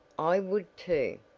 i would too,